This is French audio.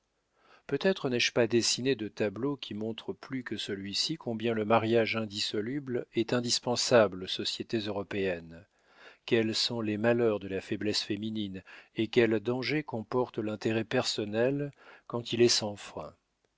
peut-être n'ai-je pas dessiné de tableau qui montre plus que celui-ci combien le mariage indissoluble est indispensable aux sociétés européennes quels sont les malheurs de la faiblesse féminine et quels dangers comporte l'intérêt personnel quand il est sans frein